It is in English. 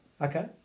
Okay